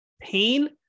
pain